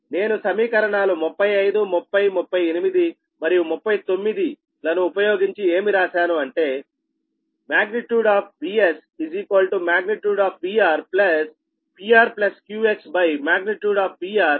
నేను సమీకరణాలు 35 30 38మరియు 39 ఉపయోగించి ఏమి రాశాను అంటే magnitude of |Vs| magnitude of |VR| PRQXmagnitude of |VR|